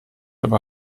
aber